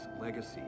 legacy